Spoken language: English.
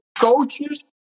Coaches